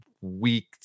week